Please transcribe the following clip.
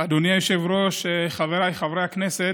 אדוני היושב-ראש, חבריי חברי הכנסת,